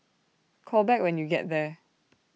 call back when you get there